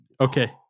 okay